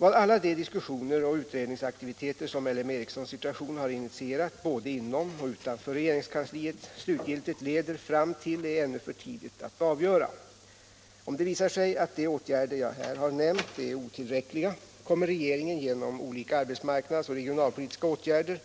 Vad alla de diskussioner och utredningsaktiviteter som L M Ericssons situation har initierat både inom och utanför regeringskansliet slutgiltigt leder fram till är ännu för tidigt att avgöra. Om det visar sig att de åtgärder jag här har nämnt är otillräckliga, kommer regeringen genom olika arbetsmarknadsoch regionalpolitiska åtgärder